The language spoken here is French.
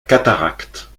cataracte